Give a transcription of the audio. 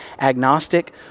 agnostic